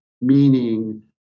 meaning